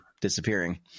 disappearing